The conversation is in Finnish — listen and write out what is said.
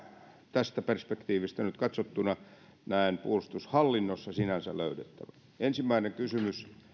tästä perspektiivistä katsottuna näen puolustushallinnossa sinänsä löydettävän ensimmäinen kysymys